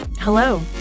Hello